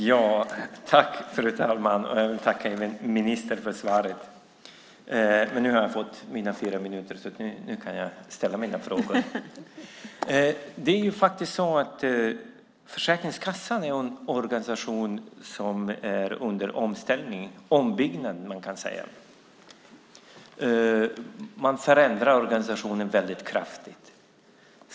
Fru talman! Jag vill också tacka ministern för svaret. Försäkringskassan är en organisation som är under ombyggnad, kan man säga. Man förändrar organisationen väldigt kraftigt.